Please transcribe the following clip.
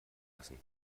lassen